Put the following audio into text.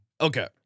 Okay